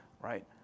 right